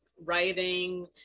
writing